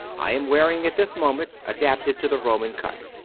i am wear ing at this moment, adapted to the roman cut.